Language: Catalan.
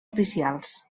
oficials